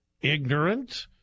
ignorant